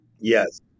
Yes